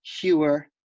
Hewer